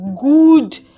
good